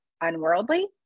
unworldly